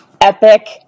epic